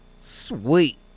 Sweet